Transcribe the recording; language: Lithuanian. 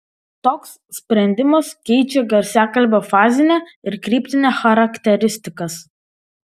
toks sprendimas keičia garsiakalbio fazinę ir kryptinę charakteristikas